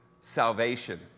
salvation